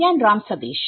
ഞാൻ രാം സതീഷ്